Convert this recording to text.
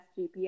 GPS